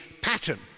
pattern